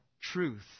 truth